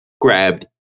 grabbed